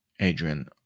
Adrian